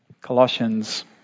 Colossians